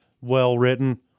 well-written